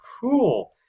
cool